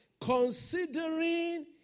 considering